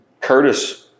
Curtis